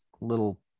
little